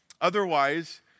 Otherwise